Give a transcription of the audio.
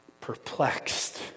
perplexed